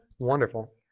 wonderful